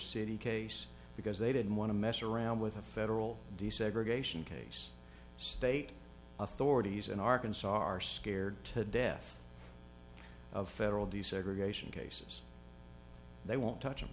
city case because they didn't want to mess around with a federal desegregation case state authorities in arkansas are scared to death of federal desegregation cases they won't touch